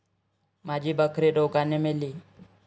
माझी बकरी रोगाने मेली